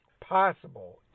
possible